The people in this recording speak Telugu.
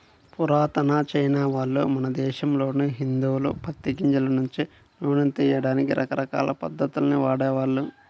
పురాతన చైనావాళ్ళు, మన దేశంలోని హిందువులు పత్తి గింజల నుంచి నూనెను తియ్యడానికి రకరకాల పద్ధతుల్ని వాడేవాళ్ళు